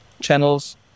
channels